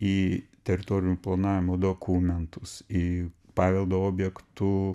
į teritorijų planavimo dokumentus į paveldo objektų